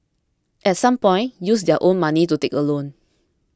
at some point use their own money to take a loan